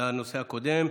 לנושא הקודם.